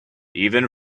even